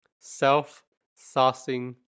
self-saucing